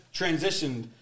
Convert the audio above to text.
transitioned